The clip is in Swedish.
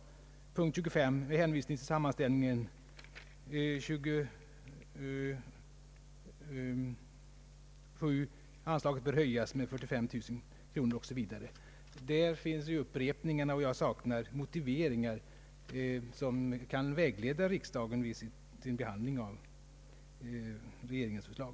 Punkten 25: ”Med hänvisning till sammanställningen hemställer jag...” Punkten 27: ”Anslaget bör höjas med 45 000 kronor.” O.s. v. Där har vi upprepningarna. Men jag saknar motiveringar som kan vägleda riksdagen vid dess behandling av regeringens förslag.